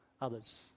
others